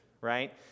right